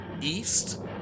east